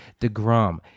DeGrom